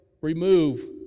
remove